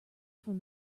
from